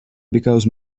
because